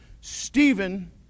Stephen